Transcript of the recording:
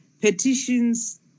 petitions